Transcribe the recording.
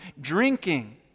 drinking